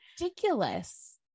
ridiculous